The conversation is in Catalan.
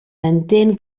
entén